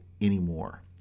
anymore